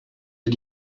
did